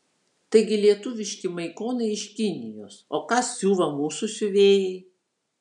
taigi lietuviški maikonai iš kinijos o ką siuva mūsų siuvėjai